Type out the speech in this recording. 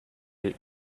the